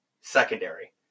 secondary